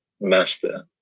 master